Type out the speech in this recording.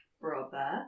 brother